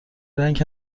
رنگ